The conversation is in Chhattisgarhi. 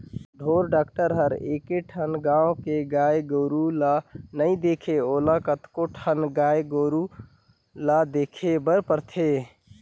ढोर डॉक्टर हर एके ठन गाँव के गाय गोरु ल नइ देखे ओला कतको ठन गाय गोरु ल देखे बर परथे